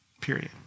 Period